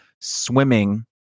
swimming